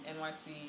nyc